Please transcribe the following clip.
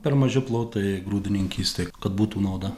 per maži plotai grūdininkystei kad būtų nauda